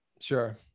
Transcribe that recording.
Sure